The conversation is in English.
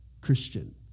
Christian